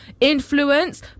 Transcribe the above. influence